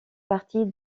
partie